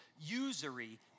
usury